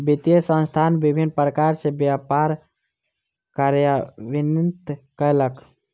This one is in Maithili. वित्तीय संस्थान विभिन्न प्रकार सॅ व्यापार कार्यान्वित कयलक